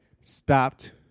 stopped